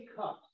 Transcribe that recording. cups